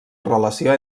relació